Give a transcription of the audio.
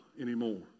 anymore